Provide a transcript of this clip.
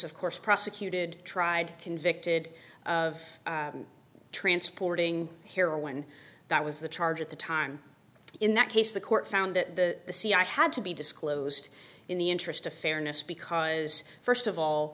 of course prosecuted tried convicted of transporting heroin that was the charge at the time in that case the court found that the c i had to be disclosed in the interest of fairness because first of all